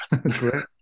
great